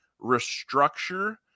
restructure